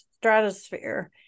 stratosphere